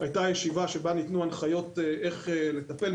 הייתה ישיבה שבה ניתנו הנחיות איך לטפל.